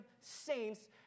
saints